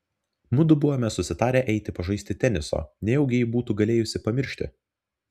mudu buvome susitarę eiti pažaisti teniso nejaugi ji būtų galėjusi pamiršti